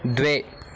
द्वे